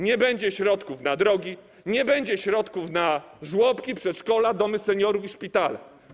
Nie będzie środków na drogi, nie będzie środków na żłobki, przedszkola, domy seniorów i szpitale.